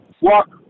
walk